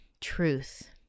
truth